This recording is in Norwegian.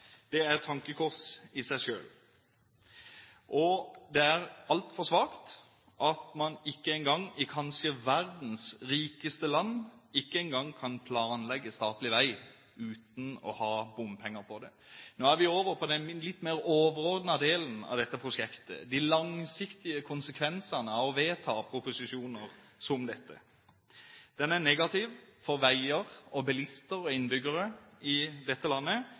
Det er et tankekors i seg selv. Det er altfor svakt at man i kanskje verdens rikeste land ikke engang kan planlegge statlig vei uten bompenger. Nå er vi over på den litt overordnede delen av dette prosjektet. De langsiktige konsekvensene av å vedta proposisjoner som denne er negative for veier, bilister og innbyggere i dette landet.